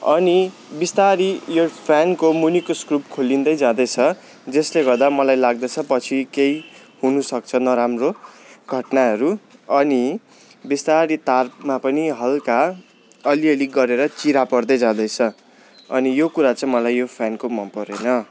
अनि बिस्तारी यो फ्यानको मुनिको स्क्रुप खोलिँदै जाँदैछ जसले गर्दा मलाई लाग्दैछ पछि केही हुनु सक्छ नराम्रो घटनाहरू अनि बिस्तारी तारमा पनि हल्का अलिअलि गरेर चिरा पर्दै जाँदैछ अनि यो कुरा चाहिँ मलाई यो फ्यानको मन परेन